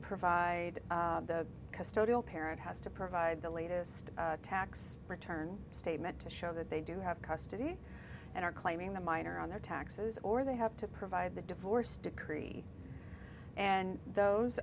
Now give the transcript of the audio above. provide the custodial parent has to provide the latest tax return statement to show that they do have custody and are claiming the minor on their taxes or they have to provide the divorce decree and those